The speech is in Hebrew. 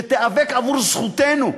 שתיאבק עבור זכותנו,